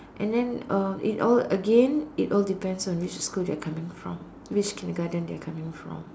and then uh it all again it all depends on which schools they are coming from which kindergarten they are coming from